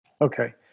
Okay